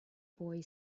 boy